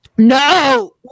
no